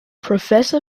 professor